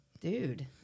dude